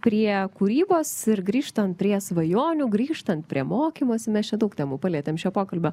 prie kūrybos ir grįžtant prie svajonių grįžtant prie mokymosi mes čia daug temų palietėm šio pokalbio